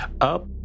Up